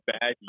bad